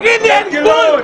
תגיד לי, אין גבול?